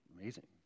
amazing